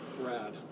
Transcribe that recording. Brad